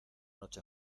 noche